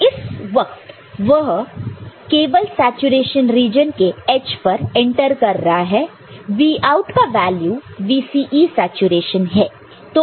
तो इस वक्त जब वह केवल सैचुरेशन रीजन के एज पर एंटर कर रहा है Vout का वैल्यू VCE saturation है